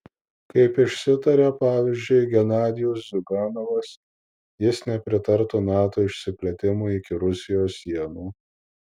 kaip išsitarė pavyzdžiui genadijus ziuganovas jis nepritartų nato išsiplėtimui iki rusijos sienų